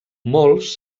molts